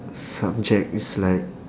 subject it's like